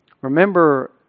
Remember